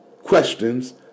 questions